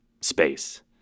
space